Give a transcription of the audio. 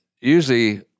usually